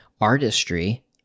artistry